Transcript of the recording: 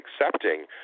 accepting